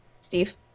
steve